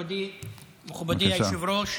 מכובדי היושב-ראש,